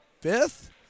fifth